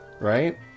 right